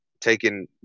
taking